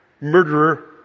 murderer